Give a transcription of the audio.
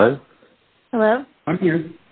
hello hello i'm here